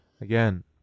Again